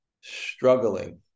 struggling